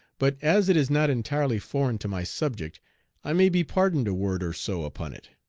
but as it is not entirely foreign to my subject i may be pardoned a word or so upon it.